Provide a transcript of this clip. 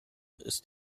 ist